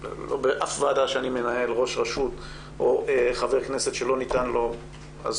באף ועדה שאני מנהל לא הופיע ראש רשות או חבר כנסת שלא ניתנה לו הזכות.